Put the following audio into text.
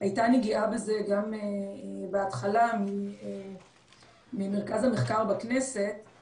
הייתה נגיעה בזה גם בהתחלה ממרכז המחקר בכנסת,